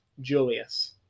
Julius